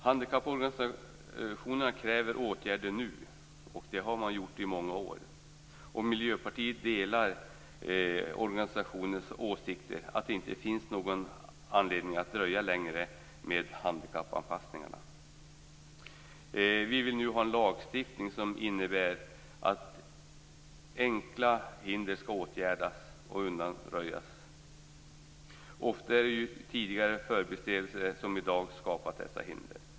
Handikapporganisationerna kräver åtgärder nu, och det har de gjort i många år. Miljöpartiet delar organisationernas åsikt att det inte finns någon anledning att dröja längre med handikappanpassningarna. Vi vill nu ha en lag som innebär att enkla hinder skall åtgärdas och undanröjas. Ofta är det tidigare förbiseenden som skapat dessa hinder.